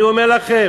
אני אומר לכם: